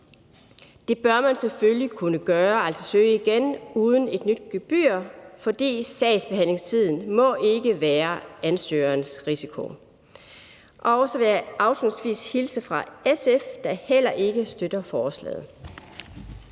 Det bør man selvfølgelig kunne gøre, altså søge igen, uden et nyt gebyr, for sagsbehandlingstiden må ikke være ansøgerens risiko. Og så vil jeg afslutningsvis hilse fra SF og sige, at de heller ikke støtter forslaget.